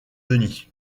denis